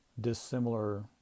dissimilar